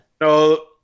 No